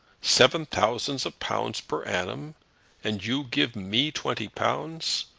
seven thousands of pounds per annum and you give me twenty pounds!